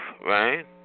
right